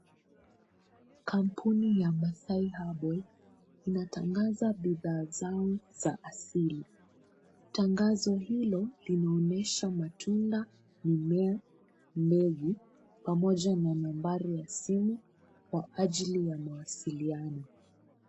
Kampuni ya Maasai Herbal inatangaza bidhaa zao za asili. Tangazo hilo linaonesha matunda, mimea, mbegu pamoja na nambari ya simu kwa ajili ya mawasiliano.